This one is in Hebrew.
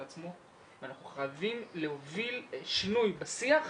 עצמו ואנחנו חייבים להוביל שינוי עם השיח,